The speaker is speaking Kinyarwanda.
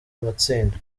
matsinda